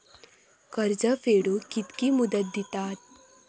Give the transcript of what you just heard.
कर्ज फेडूक कित्की मुदत दितात?